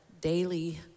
daily